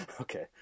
okay